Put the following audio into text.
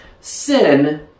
sin